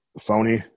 phony